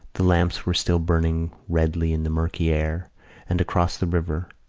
the lamps were still burning redly in the murky air and, across the river,